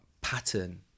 pattern